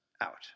out